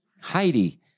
Heidi